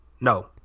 No